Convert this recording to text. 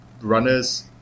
runners